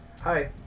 Hi